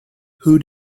who